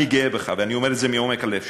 אני גאה בך, ואני אומר את זה מעומק הלב שלי.